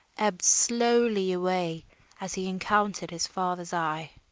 ebbed slowly away as he encountered his father's eye.